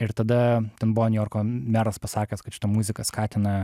ir tada ten buvo niujorko meras pasakęs kad šita muzika skatina